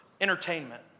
entertainment